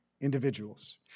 individuals